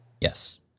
Yes